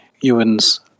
Ewan's